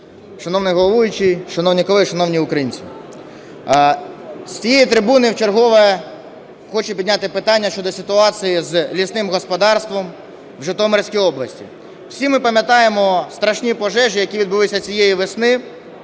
Шановний головуючий, шановні колеги, шановні українці! З цієї трибуни вчергове хочу підняти питання щодо ситуації з лісним господарством у Житомирській області. Всі ми пам'ятаємо страшні пожежі, які відбулися цієї весни